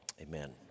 Amen